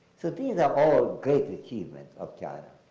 so these are all great achievements of china.